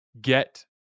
get